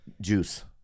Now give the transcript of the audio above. juice